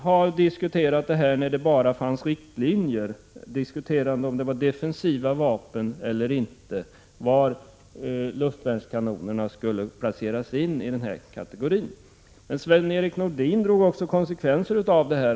När det endast fanns riktlinjer för vapenexporten, diskuterade han huruvida det handlade om defensiva vapen eller inte och var i den kategorin luftvärnskanonerna skulle placeras in. Sven-Erik Nordin drog också konsekvenserna av detta.